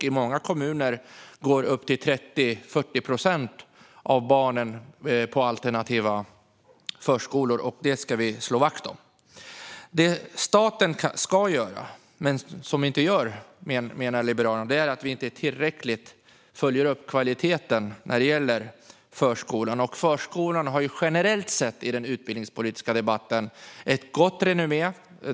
I många kommuner går upp till 30 eller 40 procent av barnen på alternativa förskolor. Det staten ska göra, men som Liberalerna menar att den inte gör i tillräcklig grad, är att följa upp kvaliteten när det gäller förskolan. Förskolan har generellt sett i den utbildningspolitiska debatten ett gott renommé.